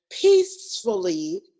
peacefully